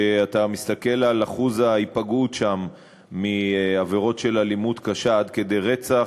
כשאתה מסתכל על אחוז ההיפגעות שם מעבירות של אלימות קשה עד כדי רצח,